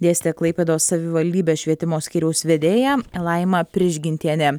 dėstė klaipėdos savivaldybės švietimo skyriaus vedėja laima prižgintienė